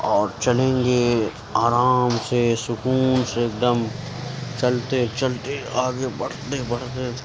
اور چلیں گے آرام سے سکون سے ایک دم چلتے چلتے آگے بڑھتے بڑھتے